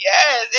Yes